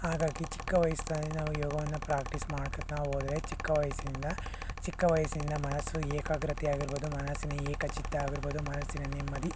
ಹಾಗಾಗಿ ಚಿಕ್ಕ ವಯಸ್ಸಿನ ನಾವು ಯೋಗವನ್ನು ಪ್ರಾಕ್ಟಿಸ್ ಮಾಡ್ಕೋತಾ ಹೋದರೆ ಚಿಕ್ಕ ವಯಸ್ಸಿನಿಂದ ಚಿಕ್ಕ ವಯಸ್ಸಿನಿಂದ ಮನಸ್ಸು ಏಕಾಗ್ರತೆ ಆಗಿರ್ಬೋದು ಮನಸ್ಸಿನ ಏಕಚಿತ್ತ ಆಗಿರ್ಬೋದು ಮನಸ್ಸಿನ ನೆಮ್ಮದಿ